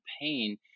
pain